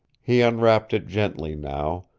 he unwrapped it gently now,